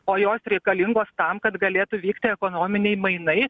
o jos reikalingos tam kad galėtų vykti ekonominiai mainai